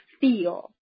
feel